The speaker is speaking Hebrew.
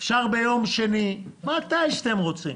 אפשר ביום שני, מתי שאתם רוצים.